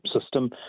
system